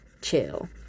Chill